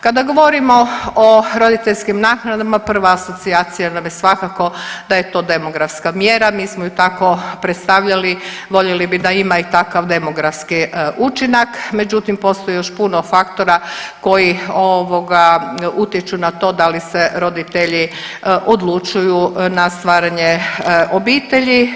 Kada govorimo o roditeljskim naknadama prva asocijacija nam je da je to svakako demografska mjera, mi smo ju tako predstavljali voljeli bi da ima i takav demografski učinak, međutim postoji još puno faktora koji ovoga utječu na to da li se roditelji odlučuju na stvaranje obitelji.